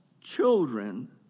children